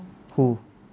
who